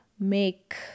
make